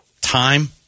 time